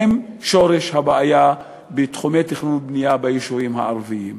הוא שורש הבעיה בתחומי התכנון והבנייה ביישובים הערביים.